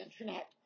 internet